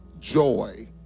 joy